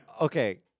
Okay